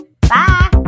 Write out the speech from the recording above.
bye